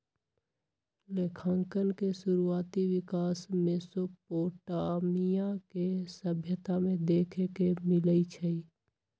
लेखांकन के शुरुआति विकास मेसोपोटामिया के सभ्यता में देखे के मिलइ छइ